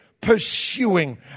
pursuing